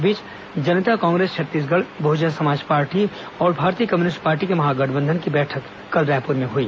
इस बीच जनता कांग्रेस छत्तीसगढ़ बहुजन समाज पार्टी और भारतीय कम्युनिस्ट पार्टी के महागठबंधन की बैठक कल रायपुर में हुई